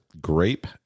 grape